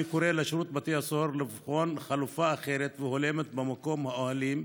אני קורא לשירות בתי הסוהר לבחון חלופה אחרת והולמת במקום האוהלים,